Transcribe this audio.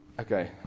Okay